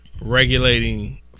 regulating